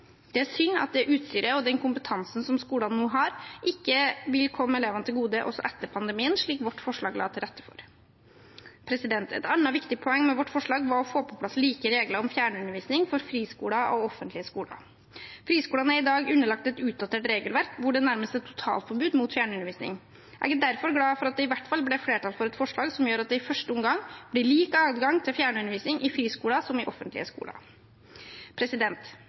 Det er synd at det utstyret og den kompetansen skolene nå har, ikke vil komme elevene til gode også etter pandemien, slik vårt forslag la til rette for. Et annet viktig poeng med vårt forslag var å få på plass like regler om fjernundervisning for friskoler og offentlige skoler. Friskolene er i dag underlagt et utdatert regelverk der det nærmest er et totalforbud mot fjernundervisning. Jeg er derfor glad for at det i hvert fall blir flertall for et forslag som gjør at det i første omgang blir samme adgang til fjernundervisning i friskoler som i offentlige skoler.